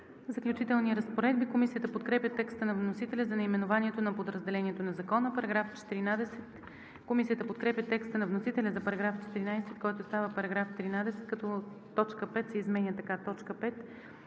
„Заключителни разпоредби“. Комисията подкрепя текста на вносителя за наименованието на подразделението на Закона. Комисията подкрепя текста на вносителя за § 14, който става § 13, като т. 5 се изменя така: „5.